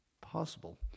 Possible